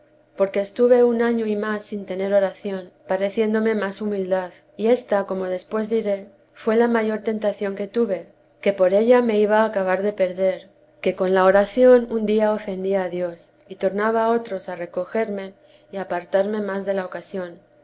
porque estuve un año y más sin tener oración pareciéndome más humildad y ésta como después diré fué la mayor tentación que tuve que por ella me iba a acabar de perder que con la oración un día ofendía a dios y tornaba otros a recogerme y a apartarme más de la ocasión